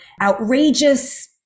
outrageous